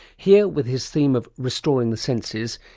here, with his theme of restoring the senses,